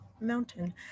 mountain